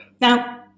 Now